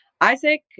Isaac